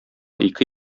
ике